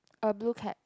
a blue cap